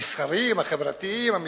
המסחריים, החברתיים, המשפחתיים,